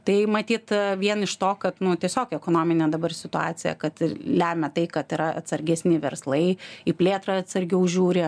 tai matyt vien iš to kad nu tiesiog ekonominė dabar situacija kad lemia tai kad yra atsargesni verslai į plėtrą atsargiau žiūri